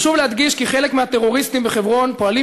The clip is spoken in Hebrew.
חשוב להדגיש כי חלק מהטרוריסטים בחברון פועלים